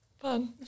Fun